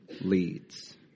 leads